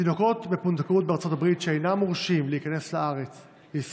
תינוקות פונדקאות בארצות הברית שאינם מורשים להיכנס לישראל,